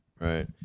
Right